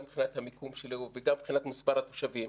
גם מבחינת המיקום שלו וגם מבחינת מספר התושבים.